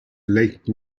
lake